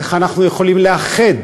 איך אנחנו יכולים לאחד